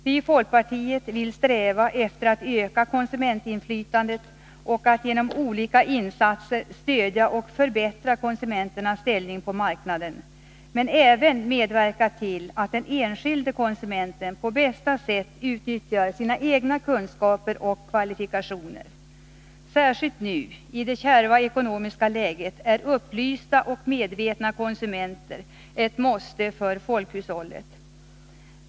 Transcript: Vi i folkpartiet vill sträva efter att öka konsumentinflytandet och genom olika insatser stödja och förbättra konsumenternas ställning på marknaden, men även medverka till att den enskilde konsumenten på bästa sätt utnyttjar sina egna kunskaper och kvalifikationer. Särskilt nu, i det kärva ekonomiska läget, är upplysta och medvetna konsumenter ett måste för folkhushållet.